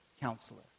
counselor